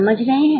समझ रहे हैं